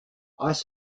ice